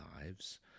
lives